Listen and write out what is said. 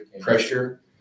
pressure